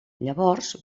llavors